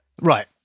Right